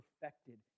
perfected